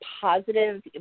positive